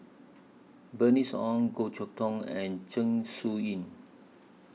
Bernice Ong Goh Chok Tong and Zeng Shouyin